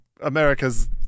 Americas